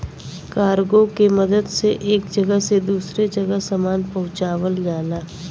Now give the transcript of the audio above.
cargo के मदद से एक जगह से दूसरे जगह सामान पहुँचावल जाला